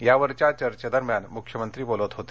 यावरच्या चर्चे दरम्यान मुख्यमंत्री बोलत होते